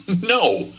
No